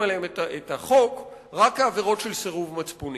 עליהן את החוק רק כעבירות של סירוב מצפוני.